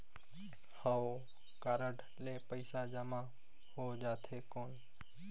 हव कारड ले पइसा जमा हो जाथे कौन?